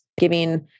giving